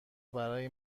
برای